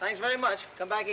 thanks very much come back